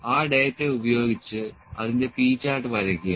ആ ഡാറ്റ ഉപയോഗിച്ച് അതിന്റെ P ചാർട്ട് വരയ്ക്കുക